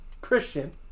Christian